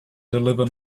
deliver